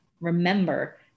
remember